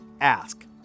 ask